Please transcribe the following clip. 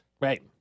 Right